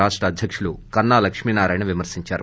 రాష్ట అధ్యకుడు కన్నా లక్ష్మి నారాయణ విమర్పించారు